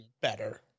better